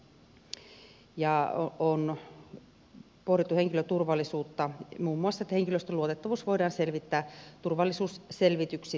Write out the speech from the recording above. on pohdittu henkilöturvallisuutta muun muassa että henkilöstön luotettavuus voidaan selvittää turvallisuusselvityksillä